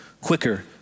quicker